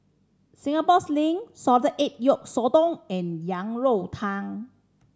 Singapore Sling salted egg yolk sotong and Yang Rou Tang